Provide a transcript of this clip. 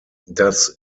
das